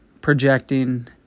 projecting